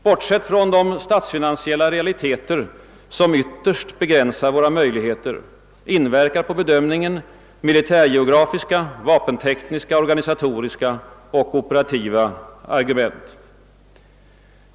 Bortsett från de statsfinansiella realiteter som ytterst begränsar våra möjligheter inverkar på bedömningen militärgeografiska, vapentekniska, organisatoriska och operativa argument.